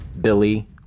Billy